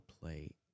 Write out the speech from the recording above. play